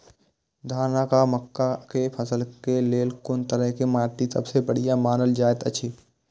धान आ मक्का के फसल के लेल कुन तरह के माटी सबसे बढ़िया मानल जाऐत अछि?